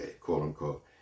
quote-unquote